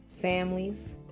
families